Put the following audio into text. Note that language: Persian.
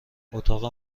اتاق